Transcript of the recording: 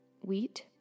wheat